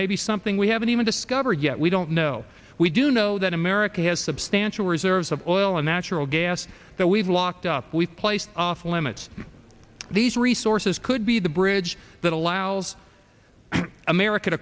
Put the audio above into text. maybe something we haven't even discovered yet we don't know we do know that america has substantial reserves of oil and natural gas that we've locked up we place limits these resources could be the bridge that allows america